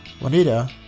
Juanita